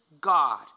God